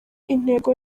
intego